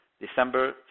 December